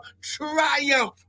triumph